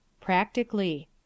Practically